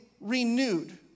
renewed